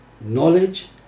knowledge